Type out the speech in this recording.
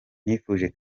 nifuje